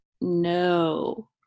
no